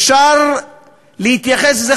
אפשר להתייחס לזה,